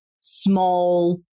small